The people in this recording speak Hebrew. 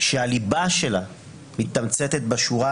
והליבה שלה מתמצתת בשורה: